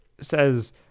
says